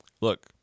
look